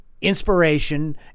inspiration